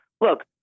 Look